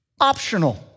optional